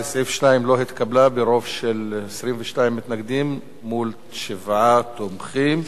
לסעיף 2 לא נתקבלה ברוב של 22 מתנגדים מול שבעה תומכים.